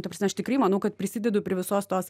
taprasme aš tikrai manau kad prisidedu prie visos tos